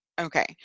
okay